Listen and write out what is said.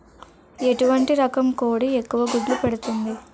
ఎటువంటి రకం కోడి ఎక్కువ గుడ్లు పెడుతోంది?